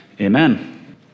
Amen